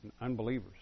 unbelievers